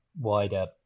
wider